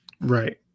Right